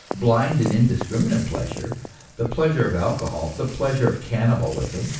blind and indiscriminate pleasure the pleasure of alcohol, the pleasure of cannibalism,